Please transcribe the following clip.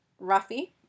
Ruffy